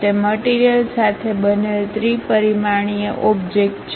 તે મટીરીયલ સાથે બનેલ ત્રિ પરિમાણીય ઓબ્જેક્ટ છે